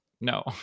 no